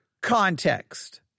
context